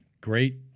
great